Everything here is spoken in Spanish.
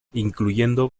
incluyendo